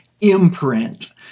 imprint